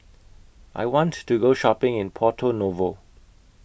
I want to Go Shopping in Porto Novo